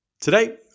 Today